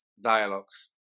dialogues